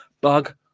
Bug